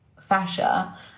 fascia